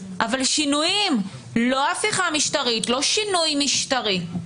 אבל שינויים, לא הפיכה משטרית, לא שינוי משטרי.